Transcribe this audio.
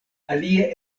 alie